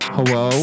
Hello